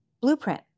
blueprint